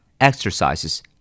Exercises